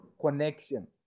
connection